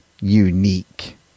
unique